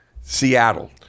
Seattle